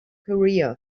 career